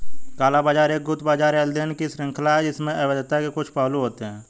काला बाजार एक गुप्त बाजार या लेनदेन की श्रृंखला है जिसमें अवैधता के कुछ पहलू होते हैं